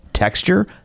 Texture